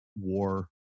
war